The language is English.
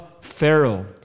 Pharaoh